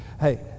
Hey